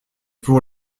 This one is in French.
pour